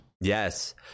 Yes